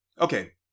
Okay